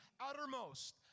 uttermost